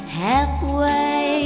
halfway